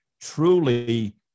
truly